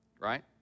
right